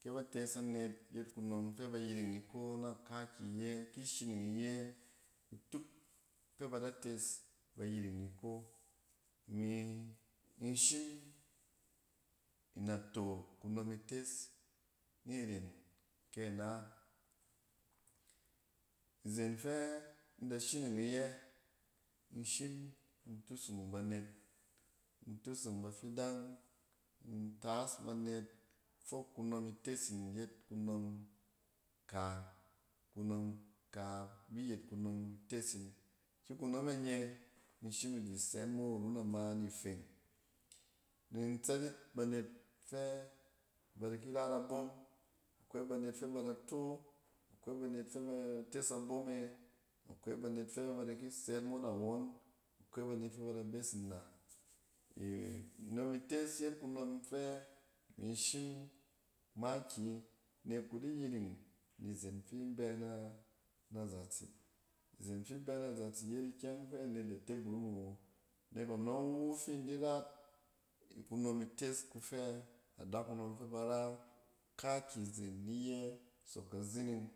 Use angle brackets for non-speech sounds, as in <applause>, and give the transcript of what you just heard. Kɛ ba tes anet yet kunom fɛ ba yiring ni ko na kaakyi iyɛ. Ki shining iyɛ ituk fɛ ba da tes, ba yiring ni ko. Imi in shim nato kunom ites niren kɛ na: izen fɛ in da shining iyɛ, in shim in tudung banet, in tusung ba fidang in taas banet, fok kunom ites in yet kunom ka, kunom ka bi yet kunom ites in. Ki kunom e nye, in shim idi, sɛn mo irun ama ni feng. Nin tsɛt yit banet fɛ ba da ki rat abom, akwai banet fɛ ba da to, akwai banet fɛ ba tes abom e akwai banet fɛ ba da ki sɛɛt mo na won, akwai banet fɛ ba da bes ni nnang <hesitation> kunom ites yet kunom fɛ imi shim makiyi nek. kudi yiring ni zen fin bɛ na. na zatse. izen fin bɛ na zatse yet ikyang fɛ anet da te burum awo. Nek anɔng wu fin di rat kunom ites kufe adakunom fɛ ba ra kaakyizen ni iyɛ sɔk kazining.